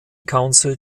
council